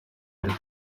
era